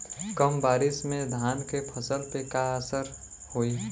कम बारिश में धान के फसल पे का असर होई?